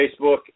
Facebook